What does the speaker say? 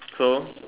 so